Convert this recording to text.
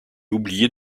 oublié